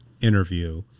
interview